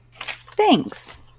Thanks